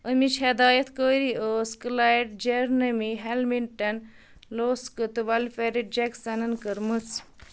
اَمِچ ہدایت کٲری ٲس کٕلایِڈ جَرنٔمی ہٮ۪لمِنٹَن لوسکہٕ تہٕ ولفیرِ جٮ۪کسَنَن کٔرمٕژ